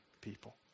people